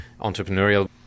entrepreneurial